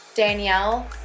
Danielle